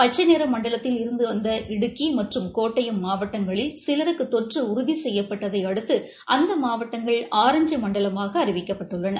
பச்சைநிற மண்டலத்தில் இருந்து வந்த இடுக்கி மற்றும் கோட்டயம் மாவட்டங்களில் சிலருக்கு தொற்று உறுதி செய்யப்பட்டதை அடுத்து அந்த மாவட்டங்கள் ஆரஞ்சு மண்டலமாக அறிவிக்கப்பட்டுள்ளன